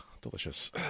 Delicious